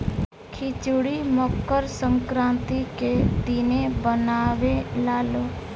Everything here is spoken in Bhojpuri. खिचड़ी मकर संक्रान्ति के दिने बनावे लालो